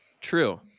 True